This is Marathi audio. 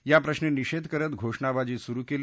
या प्रश्नी निषेध करत घोषणाबाजी सुरु केली